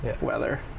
weather